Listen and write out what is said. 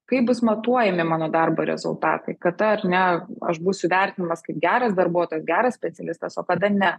kaip bus matuojami mano darbo rezultatai kata ar ne aš būsiu vertinamas kaip geras darbuotojas geras specialistas o kada ne